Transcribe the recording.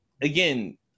again